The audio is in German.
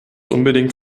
unbedingt